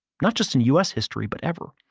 not just in us history but ever.